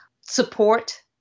support